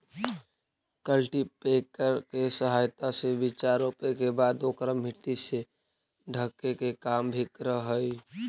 cultipacker के सहायता से बीचा रोपे के बाद ओकरा मट्टी से ढके के काम भी करऽ हई